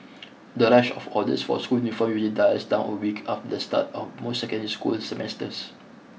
the rush of orders for school uniform usually dies down a week after the start of most secondary school semesters